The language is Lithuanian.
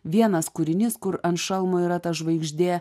vienas kūrinys kur ant šalmo yra ta žvaigždė